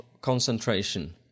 concentration